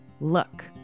look